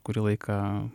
kurį laiką